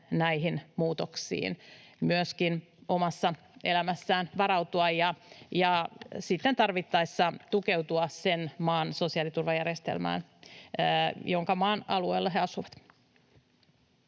näihin muutoksiin myöskin omassa elämässään varautua ja sitten tarvittaessa tukeutua sen maan sosiaaliturvajärjestelmään, jonka maan alueella he asuvat.